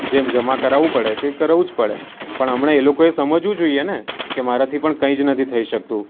જેમ જમા કરાવું પડે તે કરાવું જ પડે પણ હમણાં એ લોકોએ સમજવું જોઈએ ને કે મારાથી પણ કંઈ જ નથી થઈ શકતું